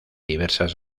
diversas